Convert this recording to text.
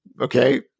Okay